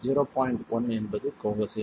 1 என்பது கோஹெஸின்